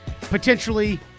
potentially